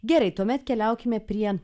gerai tuomet keliaukime prie